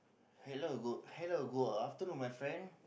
hello good hello good afternoon my friend